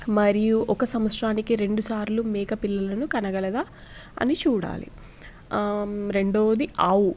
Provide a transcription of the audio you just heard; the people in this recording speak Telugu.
మరియు ఒక సంవత్సరానికి రెండు సార్లు మేక పిల్లలను కనగలదా అని చూడాలి రెండవది ఆవు